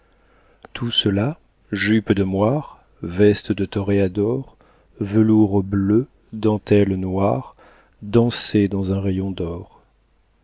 tout cela jupe de moire veste de toréador velours bleu dentelle noire dansait dans un rayon d'or